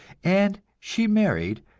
and she married,